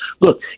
Look